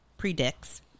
Predicts